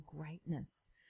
greatness